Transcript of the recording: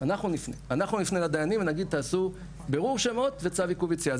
אנחנו נפנה לדיינים ונגיד תעשו בירור שמות וצו עיכוב יציאה,